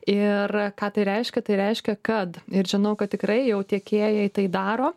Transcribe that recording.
ir ką tai reiškia tai reiškia kad ir žinau kad tikrai jau tiekėjai tai daro